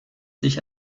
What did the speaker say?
sich